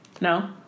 No